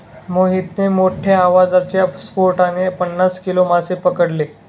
मोहितने मोठ्ठ्या आवाजाच्या स्फोटाने पन्नास किलो मासे पकडले